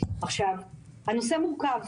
הנושא מורכב